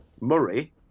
Murray